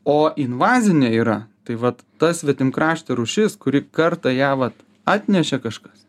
o invazinė yra tai vat ta svetim kraštė rūšis kuri kartą ją vat atnešė kažkas